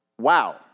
Wow